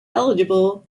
eligible